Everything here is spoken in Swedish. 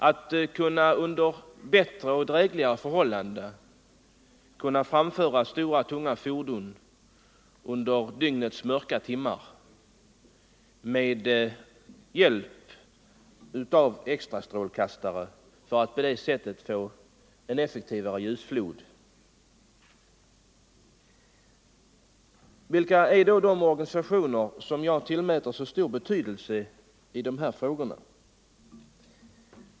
Deras krav är att förarna med hjälp av extrastrålkastare skall kunna få en effektivare ljusflod från sina stora och tunga fordon och därigenom under bättre och drägligare förhållanden kunna framföra dessa under dygnets mörka timmar. Vilka är då de organisationer som jag tillmäter så stor betydelse i dessa frågor?